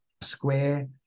square